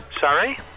Sorry